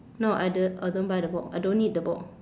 no I don't I don't buy the book I don't need the book